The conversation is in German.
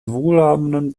wohlhabenden